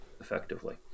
effectively